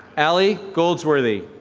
alley goldsworthy.